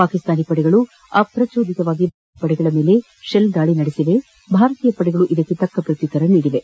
ಪಾಕಿಸ್ತಾನಿ ಪಡೆಗಳು ಅಪ್ರಚೋದಿತವಾಗಿ ಭಾರತೀಯ ಮುಂಚೂಣಿ ಪಡೆಗಳ ಮೇಲೆ ಶೆಲ್ ದಾಳಿ ನಡೆಸಿದ್ದು ಭಾರತೀಯ ಪಡೆಗಳೂ ಇದಕ್ಕೆ ತಕ್ಕ ಪ್ರತ್ಯುತ್ತರ ನೀದಿವೆ